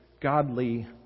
godly